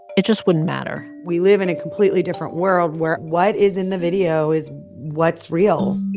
it just wouldn't matter we live in a completely different world where what is in the video is what's real